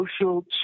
social